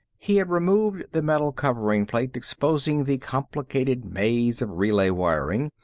he had removed the metal covering-plate, exposing the complicated maze of relay wiring.